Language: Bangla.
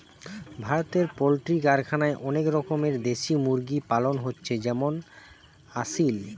ভারতে পোল্ট্রি কারখানায় অনেক রকমের দেশি মুরগি পালন হচ্ছে যেমন আসিল